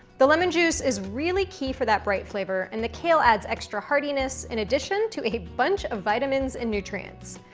the lemon juice is really key for that bright flavor and the kale adds extra hardiness, in addition to a bunch of vitamins and nutrients,